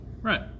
Right